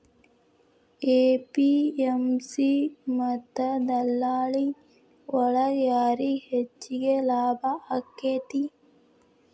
APMC ಮತ್ತ ದಲ್ಲಾಳಿ ಒಳಗ ಯಾರಿಗ್ ಹೆಚ್ಚಿಗೆ ಲಾಭ ಆಕೆತ್ತಿ?